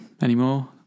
anymore